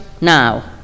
now